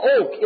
oak